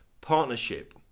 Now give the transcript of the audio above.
Partnership